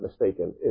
mistaken